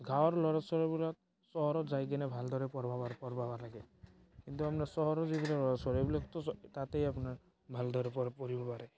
গাঁৱৰ ল'ৰা ছোৱালীবিলাক চহৰত যাই কিনে ভালদৰে পঢ়ব পাৰে পঢ়িব পাৰেগৈ কিন্তু আপোনাৰ চহৰৰ যিবিলাক ল'ৰা ছোৱালী সেইবিলাকতো চব তাতেই আপোনাৰ ভালদৰে পঢ়িব পাৰে